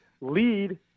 lead